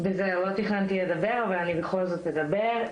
לא תכננתי לדבר אבל אני בכל זאת אדבר.